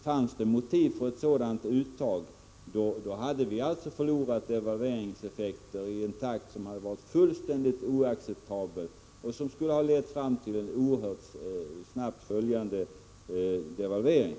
Om det hade funnits motiv för ett sådant uttag, hade vi förlorat devalveringseffekter i en takt som hade varit fullständigt oacceptabel — och som oerhört snabbt skulle ha lett fram till en följande devalvering.